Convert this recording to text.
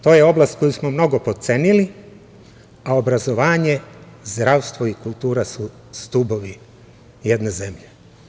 To je oblast koju smo mnogo potcenili, a obrazovanje, zdravstvo i kultura su stubovi jedne zemlje.